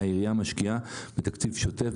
שהעירייה משקיעה בתקציב שוטף,